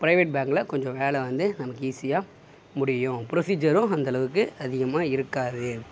private பேங்க்கில் கொஞ்சம் வேலை வந்து நமக்கு ஈஸியாக முடியும் ப்ரொசீஜரும் அந்தளவுக்கு அதிகமாக இருக்காது